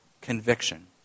conviction